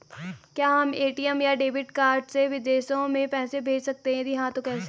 क्या हम ए.टी.एम या डेबिट कार्ड से विदेशों में पैसे भेज सकते हैं यदि हाँ तो कैसे?